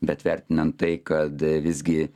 bet vertinant tai kad visgi